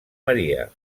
maria